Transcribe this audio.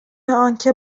انکه